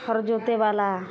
हर जोतेवाला